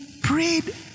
prayed